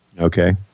Okay